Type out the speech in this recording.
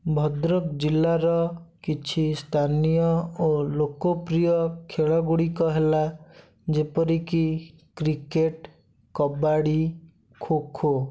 ଭଦ୍ରକ ଜିଲ୍ଲାର କିଛି ସ୍ଥାନୀୟ ଓ ଲୋକପ୍ରିୟ ଖେଳ ଗୁଡ଼ିକ ହେଲା ଯେପରି କି କ୍ରିକେଟ କବାଡ଼ି ଖୋ ଖୋ